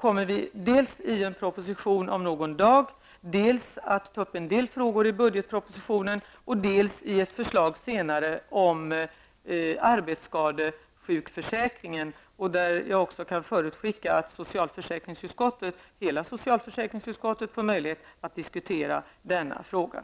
kommer regeringen att dels lämna en proposition om någon dag, dels ta upp en del frågor i budgetpropositionen och i ett senare förslag om arbetsskadesjukförsäkringen. Jag kan förutskicka att hela socialförsäkringsutskottet kommer att få möjlighet att diskutera denna fråga.